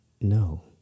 no